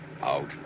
Out